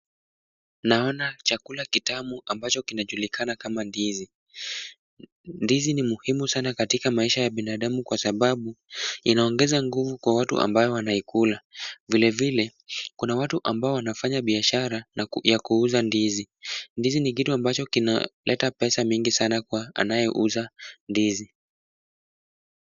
Naona chakula kitamu ambacho kinajulikana kama ndizi. Ndizi ni muhimu sana katika maisha ya binadamu kwa sababu inaongeza nguvu kwa watu ambao wanaikula, vile vile kuna watu ambao wanafanya biashara na ya kuuza ndizi. Ndizi ni kitu ambacho kinaleta pesa mingi sana kwa anayeuza ndizi.